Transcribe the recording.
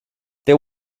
they